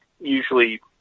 usually